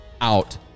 out